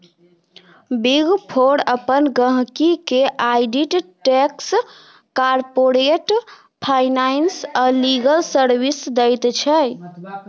big four अपन गहिंकी केँ आडिट टैक्स, कारपोरेट फाइनेंस आ लीगल सर्विस दैत छै